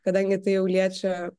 kadangi tai jau liečia